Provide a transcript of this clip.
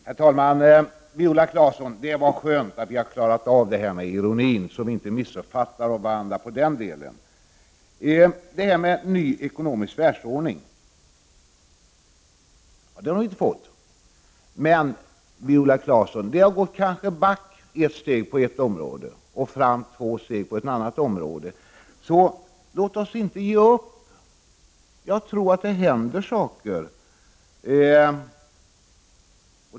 Herr talman! Det var skönt, Viola Claesson, att vi har klarat av det här med ironin, så att vi inte missuppfattar varandra. En ny ekonomisk världsordning har vi ännu inte fått. Det har kanske gått back ett steg på ett område och fram två steg på ett annat område. Men, Viola Claesson, låt oss inte ge upp. Jag tror att det händer saker.